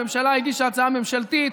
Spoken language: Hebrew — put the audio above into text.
הממשלה הגישה הצעה ממשלתית,